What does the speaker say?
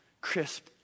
crisp